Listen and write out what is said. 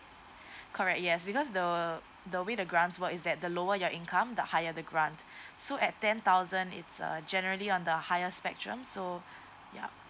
correct yes because the the way the grants work is that the lower your income the higher the grant so at ten thousand it's uh generally on the highest spectrum so ya